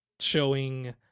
showing